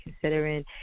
considering